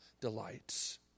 delights